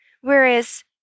Whereas